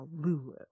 Lulu